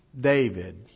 David